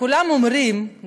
וכולם אומרים,